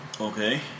Okay